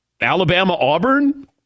Alabama-Auburn